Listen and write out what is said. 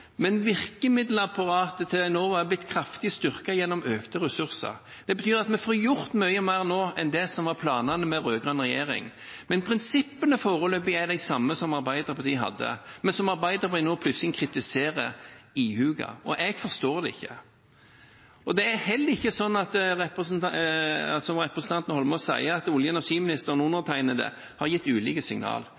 men virkemiddelapparatet til Enova er blitt kraftig styrket gjennom økte ressurser. Det betyr at vi får gjort mye mer nå enn det som var planene med rød-grønn regjering, men prinsippene er foreløpig de samme som Arbeiderpartiet hadde, men som Arbeiderpartiet nå plutselig kritiserer ihuga. Jeg forstår det ikke. Det er heller ikke sånn, som representanten Eidsvoll Holmås sier, at olje- og energiministeren og undertegnede har gitt ulike